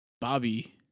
Bobby